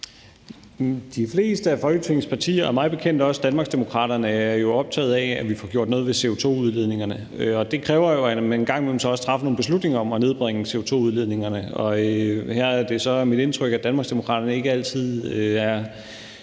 De fleste af Folketingets partier og mig bekendt også Danmarksdemokraterne er jo optaget af, at vi får gjort noget ved CO2-udledningerne. Det kræver, at man engang imellem så også træffer nogle beslutninger om at nedbringe CO2-udledningerne. Her er det så mit indtryk, at Danmarksdemokraterne ikke altid er